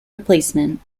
replacement